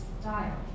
style